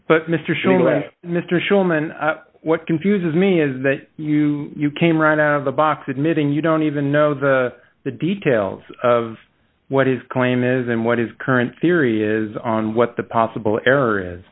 with mr shulman what confuses me is that you came right out of the box admitting you don't even know the the details of what his claim is and what his current theory is on what the possible error is